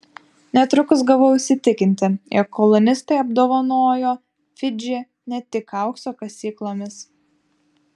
netrukus gavau įsitikinti jog kolonistai apdovanojo fidžį ne tik aukso kasyklomis